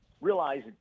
realize